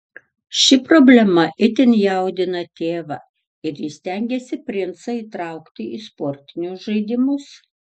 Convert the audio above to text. ši problema itin jaudina tėvą ir jis stengiasi princą įtraukti į sportinius žaidimus